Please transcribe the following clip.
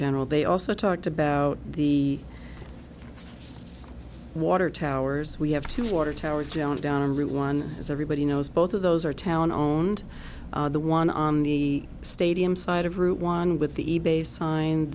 general they also talked about the water towers we have to water towers down down route one as everybody knows both of those are town own and the one on the stadium side of route one with the